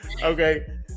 Okay